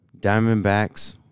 Diamondbacks